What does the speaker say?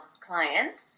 clients